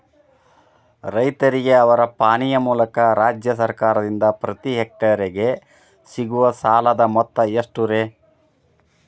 ರೈತರಿಗೆ ಅವರ ಪಾಣಿಯ ಮೂಲಕ ರಾಜ್ಯ ಸರ್ಕಾರದಿಂದ ಪ್ರತಿ ಹೆಕ್ಟರ್ ಗೆ ಸಿಗುವ ಸಾಲದ ಮೊತ್ತ ಎಷ್ಟು ರೇ?